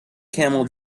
camel